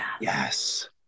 Yes